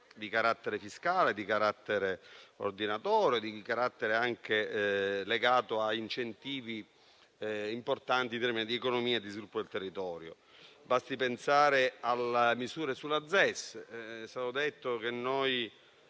di carattere fiscale e ordinatorio ed è anche legato a incentivi importanti in termini di economia e di sviluppo dei territori; basti pensare alle misure sulla zona